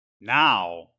Now